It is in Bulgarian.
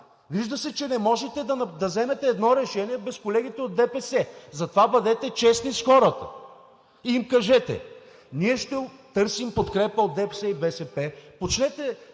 вижда се, че не можете да вземете едно решение без колегите от ДПС. Затова бъдете честни с хората и им кажете – ние ще търсим подкрепа от ДПС и БСП, започнете